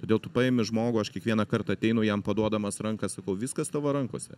todėl tu paimi žmogų aš kiekvieną kartą ateinu jam paduodamas ranką sakau viskas tavo rankose